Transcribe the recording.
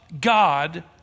God